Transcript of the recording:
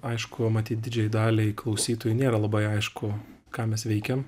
aišku matyt didžiajai daliai klausytojų nėra labai aišku ką mes veikiam